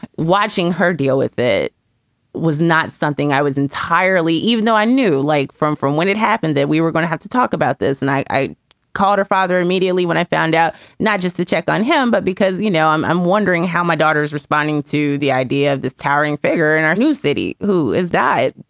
watching her deal with. it was not something i was entirely even though i knew like from from when it happened that we were gonna have to talk about this. and i i called her father immediately when i found out not just to check on him, but because, you know, i'm i'm wondering how my daughter is responding to the idea of this towering figure in our new city. who is that?